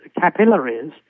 capillaries